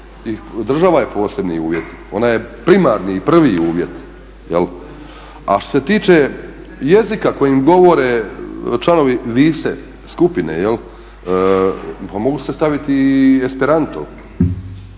država je posebni uvjet, ona je primarni i prvi uvjet. A što se tiče jezika kojim govore članovi WISE skupine pa mogli ste staviti i esperanto.